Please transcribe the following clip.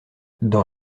dans